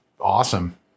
awesome